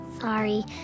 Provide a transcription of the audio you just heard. Sorry